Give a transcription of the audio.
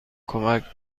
کمک